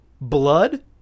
Blood